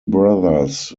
brothers